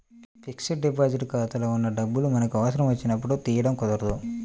fixed deposit ఖాతాలో ఉన్న డబ్బులు మనకి అవసరం వచ్చినప్పుడు తీయడం కుదరదు